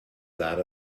that